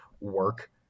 work